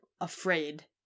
afraid